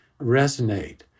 resonate